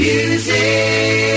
Music